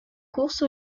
course